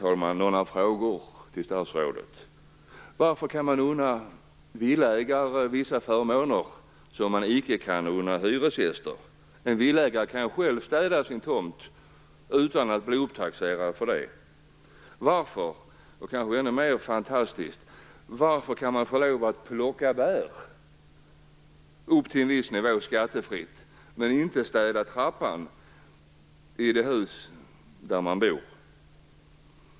Till sist har jag några frågor till statsrådet. Varför kan man unna villaägare vissa förmåner som man icke kan unna hyresgäster? En villaägare kan själv städa sin tomt utan att bli upptaxerad för det. Varför får man plocka bär upp till en viss nivå skattefritt men inte städa trappan i det hus där man bor? Det är nästan ännu mer fantastiskt.